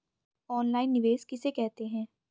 Online निवेश किसे कहते हैं?